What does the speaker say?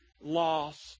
lost